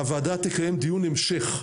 הוועדה תקיים דיון המשך,